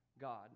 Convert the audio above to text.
God